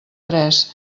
tres